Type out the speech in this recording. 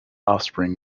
offspring